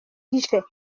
guichets